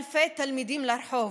אלפי תלמידים לרחוב,